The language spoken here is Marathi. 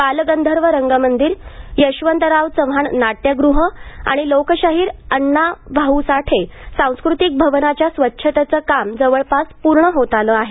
बालगंधर्व रंगमंदिर यशवंतराव चव्हाण नाट्यगृह आणि लोकशाहीर अण्णा भाऊ साठे सांस्कृतिक भवनच्या स्वछतेचे काम जवळपास पूर्ण होत आले आहे